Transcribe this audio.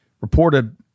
reported